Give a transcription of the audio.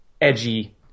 edgy